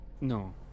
No